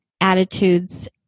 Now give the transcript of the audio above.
attitudes